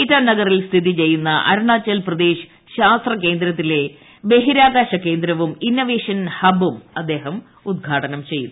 ഇറ്റാനഗറിൽ സ്ഥിതി ചെയ്യുന്ന അരുണാചൽ പ്രദേശ് ശാസ്ത്ര കേന്ദ്രത്തിലെ ബഹിരാകാശ കേന്ദ്രവും ഇന്നവേഷൻ ഹബ്ബും അദ്ദേഹം ഉദ്ഘാടനം ചെയ്തു